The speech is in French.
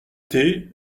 thé